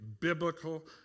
biblical